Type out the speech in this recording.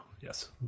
Yes